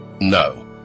No